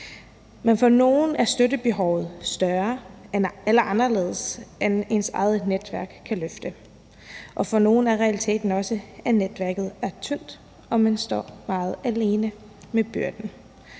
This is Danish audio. Men for nogle er støttebehovet større eller anderledes, end at ens eget netværk kan løfte det, og for nogle er realiteten også, at netværket er tyndt, og at man står meget alene med byrden.